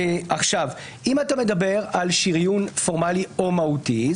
אם אתה מדבר על שריון פורמלי או מהותי,